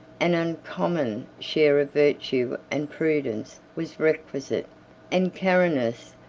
an uncommon share of virtue and prudence was requisite and carinus,